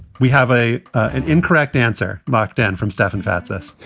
we have a an incorrect answer lockdown from stefan fatsis.